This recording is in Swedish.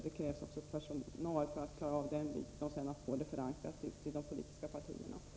Det krävs personal för att klara det, och det gäller också att få förslaget förankrat i de olika politiska partierna.